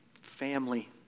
Family